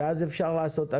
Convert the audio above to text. ואז אפשר לעשות.